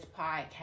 podcast